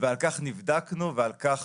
על כך נבדקנו ועל כך